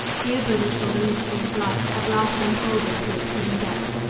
here buddha saw the mystery of life at last unfolded to its hidden depths.